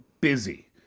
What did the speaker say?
busy